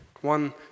One